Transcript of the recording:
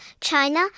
China